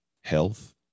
health